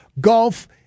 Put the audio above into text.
golf